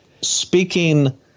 speaking